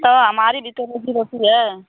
तो हमारी भी रोज़ी रोटी है